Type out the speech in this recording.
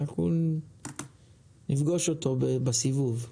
אנחנו נפגוש אותו בסיבוב.